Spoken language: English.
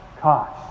cost